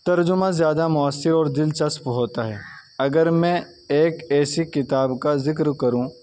ترجمہ زیادہ مؤثر اور دلچسپ ہوتا ہے اگر میں ایک ایسی کتاب کا ذکر کروں